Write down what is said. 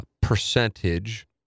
percentage